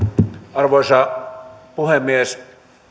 arvoisa puhemies